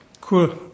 Cool